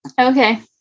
Okay